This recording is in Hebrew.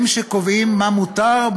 והם שקובעים מה מותר,